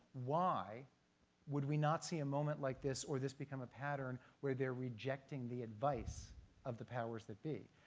why would we not see a moment like this, or this become a pattern where they're rejecting the advice of the powers that be?